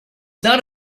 not